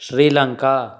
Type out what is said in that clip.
Sri Lanka